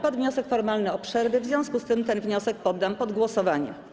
Padł wniosek formalny o przerwę, w związku z tym ten wniosek poddam pod głosowanie.